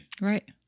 Right